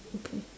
okay